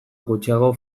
gutxiago